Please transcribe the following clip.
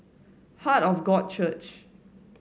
Heart of God Church